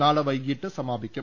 നാളെ വൈകീട്ട് സമാപിക്കും